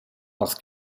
parce